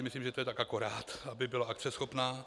Myslím si, že to je tak akorát, aby byla akceschopná.